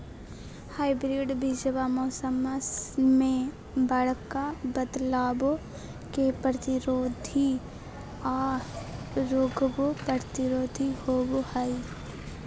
hybrid बीजावा मौसम्मा मे बडका बदलाबो के प्रतिरोधी आ रोगबो प्रतिरोधी होबो हई